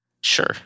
Sure